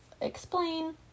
explain